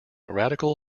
radical